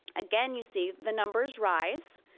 again, you see the numbers rise.